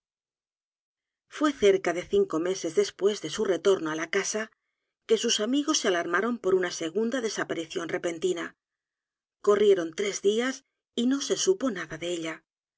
é cerca de cinco meses después d e su retorno á la casa que s u s amigos se alarmaron por u n a segunda desaparición repentina corrieron tres días y no se supo nada de ella